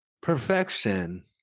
Perfection